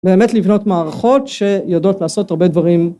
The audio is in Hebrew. באמת לבנות מערכות שיודעות לעשות הרבה דברים